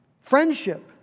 friendship